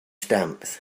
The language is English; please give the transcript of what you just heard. stamps